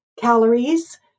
calories